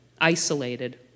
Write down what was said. isolated